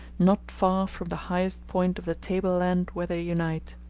not far from the highest point of the table-land where they unite.